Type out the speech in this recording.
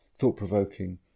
thought-provoking